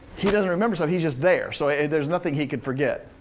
he doesn't remember stuff, he's just there, so there's nothing he can forget,